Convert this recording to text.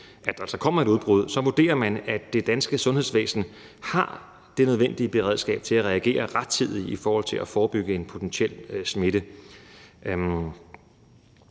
altså kommer et udbrud, så vurderer man, at det danske sundhedsvæsen har det nødvendige beredskab til at reagere rettidigt i forhold til at forebygge en potentiel smitte.